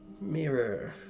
mirror